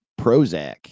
prozac